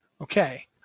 Okay